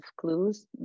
clues